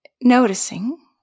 noticing